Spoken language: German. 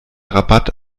rabatt